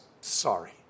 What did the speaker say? sorry